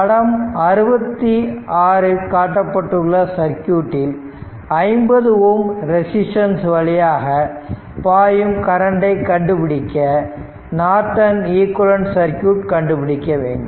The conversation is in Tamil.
படம் 66 காட்டப்பட்டுள்ள சர்க்யூட் இல் 50 ஓம் ரெசிஸ்டன்ஸ் வழியாக பாயும் கரண்டை கண்டுபிடிக்க நார்டன் ஈக்விவலெண்ட் சர்க்யூட் கண்டுபிடிக்க வேண்டும்